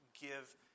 give